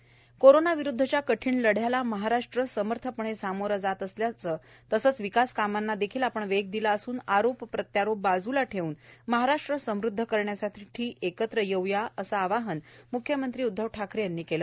उद्धव ठाकरे कोरोनाविरुद्वच्या कठीण लढ्याला महाराष्ट्र समर्थपणे सामोरे जात असतांना विकास कामांना देखील वेग दिला असून आरोप प्रत्यारोप बाजूला ठेऊन महाराष्ट्र समद्ध करण्यासाठी एकत्र येऊया असे आवाहन म्ख्यमंत्री उद्वव ठाकरे यांनी केले